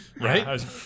Right